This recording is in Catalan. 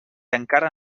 encara